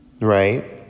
right